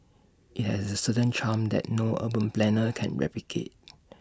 IT has A certain charm that no urban planner can replicate